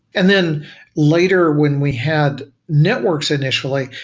and then later when we had networks initially,